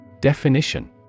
Definition